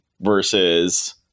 versus